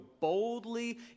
boldly